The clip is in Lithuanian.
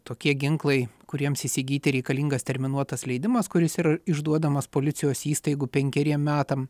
tokie ginklai kuriems įsigyti reikalingas terminuotas leidimas kuris yra išduodamas policijos įstaigų penkeriem metam